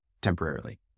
temporarily